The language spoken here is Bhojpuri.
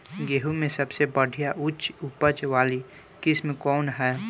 गेहूं में सबसे बढ़िया उच्च उपज वाली किस्म कौन ह?